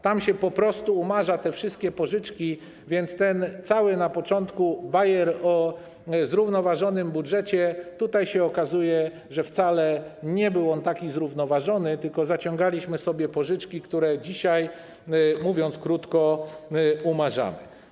Tam się po prostu umarza te wszystkie pożyczki, więc jeżeli chodzi o ten cały bajer na początku o zrównoważonym budżecie, to tutaj się okazuje, że wcale nie był on taki zrównoważony, tylko zaciągaliśmy sobie pożyczki, które dzisiaj, mówiąc krótko, umarzamy.